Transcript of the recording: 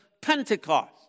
Pentecost